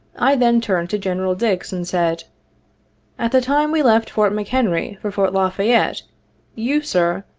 i then turned to general dix and said at the time we left fort mchenry for fort la fayette, you, sir,